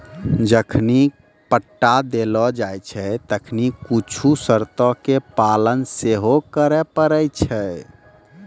जखनि पट्टा देलो जाय छै तखनि कुछु शर्तो के पालन सेहो करै पड़ै छै